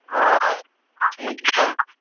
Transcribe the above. ᱦᱳᱭ ᱴᱷᱤᱠᱜᱮᱭᱟ